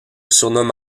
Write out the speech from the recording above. surnomme